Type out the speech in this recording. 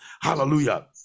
hallelujah